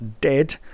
dead